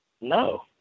no